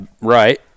right